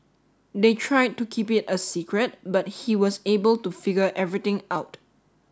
they tried to keep it a secret but he was able to figure everything out